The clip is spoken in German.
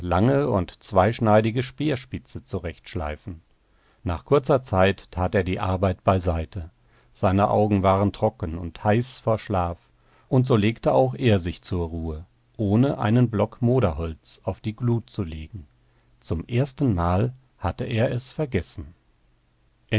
lange und zweischneidige speerspitze zurechtschleifen nach kurzer zeit tat er die arbeit beiseite seine augen waren trocken und heiß vor schlaf und so legte auch er sich zur ruhe ohne einen block moderholz auf die glut zu legen zum erstenmal hatte er es vergessen